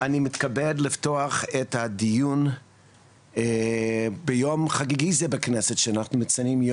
אני מתכבד לפתוח את הדיון ביום חגיגי זה בכנסת שאנחנו מציינים,